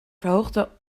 verhoogde